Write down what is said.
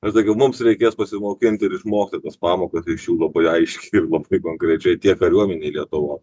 aš sakiau mums reikės pasimokinti ir išmokti tas pamoką tai iš jų labai aiškiai ir labai konkrečiai tiek kariuomenėj lietuvo